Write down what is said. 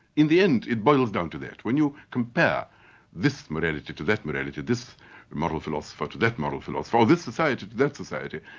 in the end, it boils down to that. when you compare this morality to that morality, this moral philosopher to that moral philosopher, or this society to that society,